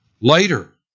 later